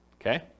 Okay